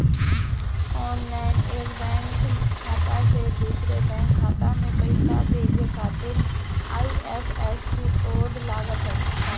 online एक bank खाता से दूसरा बैंक खाता में पईसा भेजे खातिर आई.एफ.एस.सी कोड लागत बाटे